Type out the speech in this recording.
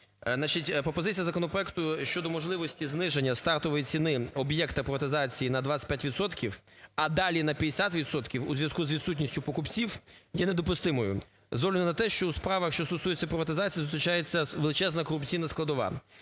пропозиція законопроекту щодо можливості зниження стартової ціни об'єкта приватизації на 25 відсотків, а далі – на 50 відсотків у зв'язку з відсутністю покупців є недопустимою з огляду на те, що у справах, що стосуються приватизації, зустрічається величезна корупційна складова.